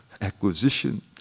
acquisition